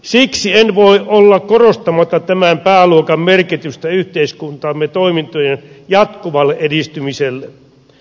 siksi en voi olla korostamatta tämän pääluokan merkitystä yhteiskuntamme toimintojen jatkuvalle edistymiselle